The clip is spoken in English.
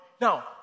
Now